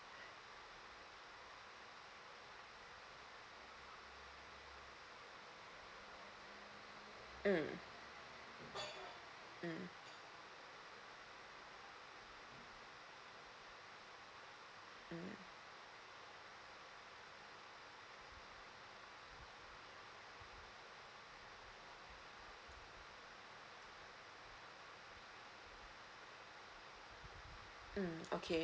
mm mm mm mm okay